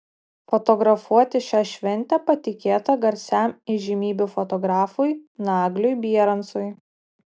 fotografuoti šią šventę patikėta garsiam įžymybių fotografui nagliui bierancui